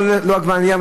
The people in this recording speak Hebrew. לא עגבנייה,